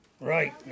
Right